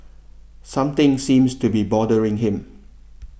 something seems to be bothering him